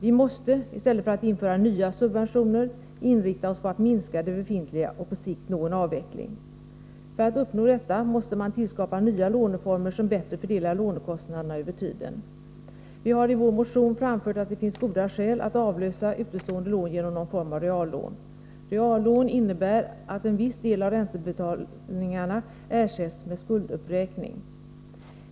I stället för att införa nya subventioner måste vi inrikta oss på att minska de befintliga och att på sikt få till stånd en avveckling. För att uppnå detta måste man tillskapa nya låneformer, som bättre fördelar lånekostnaderna över tiden. Vi har i vår motion framfört att det finns goda skäl för att avlösa utestående lån genom någon form av reallån. Reallån innebär att en viss del av räntebetalningarna ersätts med en skulduppräkning.